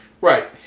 Right